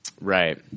Right